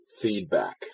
feedback